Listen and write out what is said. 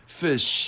fish